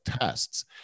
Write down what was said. tests